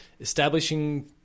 establishing